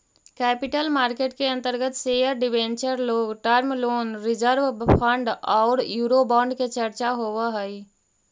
capital market के अंतर्गत share debenture long term loan reserve fund औउर यूरोबोंड के चर्चा होवऽ हई